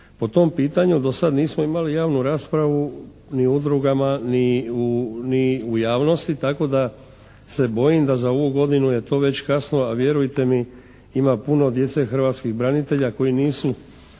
po tom pitanju do sada nismo imali javnu raspravu ni u udrugama ni u javnosti tako da se bojim da za ovu godinu je to već kasno, a vjerujte mi ima puno djece hrvatskih branitelja koji nisu